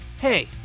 Hey